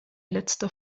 letzter